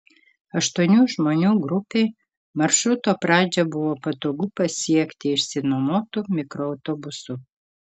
aštuonių žmonių grupei maršruto pradžią buvo patogu pasiekti išsinuomotu mikroautobusu